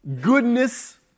goodness